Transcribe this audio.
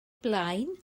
blaen